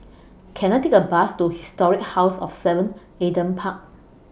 Can I Take A Bus to Historic House of seven Adam Park